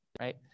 Right